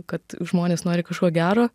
kad žmonės nori kažko gero